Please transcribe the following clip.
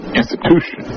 institution